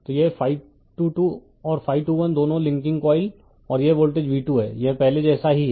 तो यह और दोनों लिंकिंग कॉइल और यह वोल्टेज v2 है यह पहले जैसा ही है